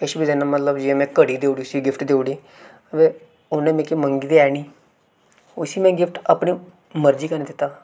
किश बी दिन्ना मतलब जि'यां में घड़ी देई ओड़ी उसी गिफ्ट देई ओड़ी अवा उ'न्नै मिकी मंगी ते है निं उसी में गिफ्ट अपनी मर्जी कन्नै दित्ता